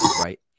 right